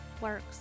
works